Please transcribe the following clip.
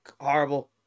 Horrible